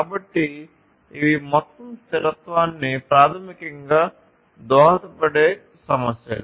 కాబట్టి ఇవి మొత్తం స్థిరత్వానికి ప్రాథమికంగా దోహదపడే సమస్యలు